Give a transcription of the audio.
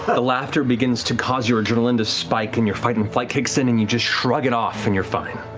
the laughter begins to cause your adrenaline to spike and your fight and flight kicks in and you just shrug it off and you're fine.